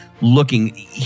looking